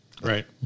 Right